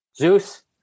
Zeus